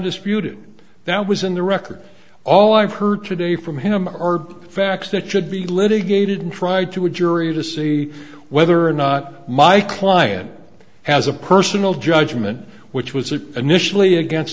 undisputed that was in the record all i've heard today from him are facts that should be litigated and tried to a jury to see whether or not my client has a personal judgment which was it initially against